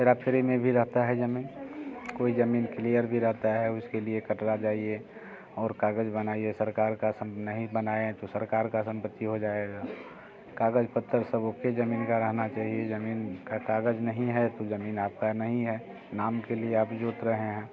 हेरा फेरी में भी रहता है ज़मीन कोई ज़मीन क्लीर भी रहती है उसके लिए कटरा जाइए और कागज़ बनाइए सरकार का सब नहीं बनाए तो सरकार की संपत्ति हो जाएगी कागज़ पत्र सब ओके ज़मीन की रहना चाहिए ज़मीन का कागज़ नहीं है तो ज़मीन आपकी नहीं है नाम के लिए आप ही जोत रहे हैं